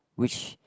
which